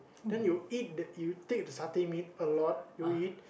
then you eat the you take the satay meat a lot you eat